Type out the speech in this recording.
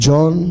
John